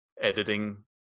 editing